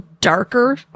darker